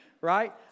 right